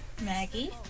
Maggie